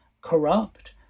corrupt